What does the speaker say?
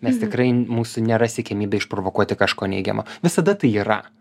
nes tikrai mūsų nėra siekiamybė išprovokuoti kažko neigiamo visada tai yra